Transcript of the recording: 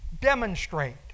Demonstrate